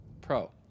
Pro